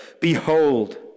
behold